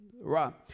Right